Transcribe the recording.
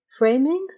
framings